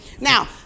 Now